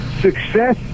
success